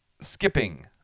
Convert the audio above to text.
skipping